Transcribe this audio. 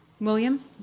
William